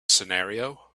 scenario